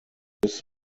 this